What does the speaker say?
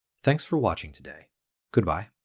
thanks for watching today goodbye.